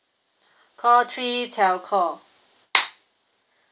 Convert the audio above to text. call three telco